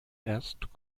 erst